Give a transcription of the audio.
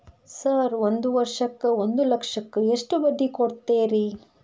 Sir ಒಂದು ವರ್ಷಕ್ಕ ಒಂದು ಲಕ್ಷಕ್ಕ ಎಷ್ಟು ಬಡ್ಡಿ ಕೊಡ್ತೇರಿ?